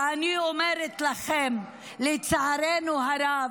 ואני אומרת לכם: לצערנו הרב,